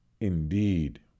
Indeed